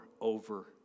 over